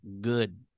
good